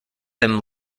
them